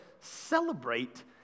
celebrate